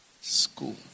school